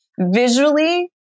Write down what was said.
Visually